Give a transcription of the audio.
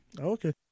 Okay